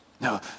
No